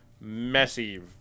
messy